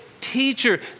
Teacher